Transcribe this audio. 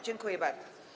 Dziękuję bardzo.